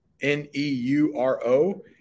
N-E-U-R-O